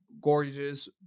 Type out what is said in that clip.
Gorgeous